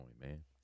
man